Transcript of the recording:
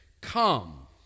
come